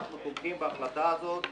אנחנו תומכים בהחלטה הזאת.